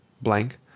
Blank